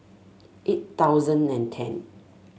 eight thousand and ten